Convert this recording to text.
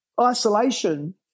Isolation